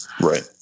Right